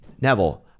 neville